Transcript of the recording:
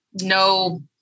no